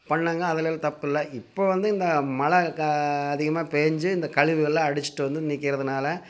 பண்ணாங்க அதில் தப்பில்ல இப்போ வந்து இந்த மழ கா அதிகமாக பேஞ்சு இந்த கழிவுகள்லாம் அடிச்சிகிட்டு வந்து நிற்கிறதுனால